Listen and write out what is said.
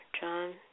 John